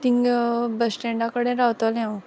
तींग बसस्टॅंडा कोडें रावतोलें हांव